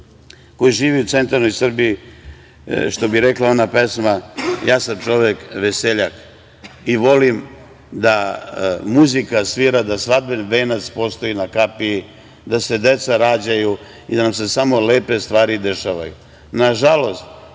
koji živi u centralnoj Srbiji, što bi rekla ona pesma: „Ja sam čovek veseljak“, i volim da muzika svira, da svadbeni venac postoji na kapiji, da se deca rađaju i da nam se samo lepe stvari dešavaju. Nažalost